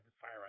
fire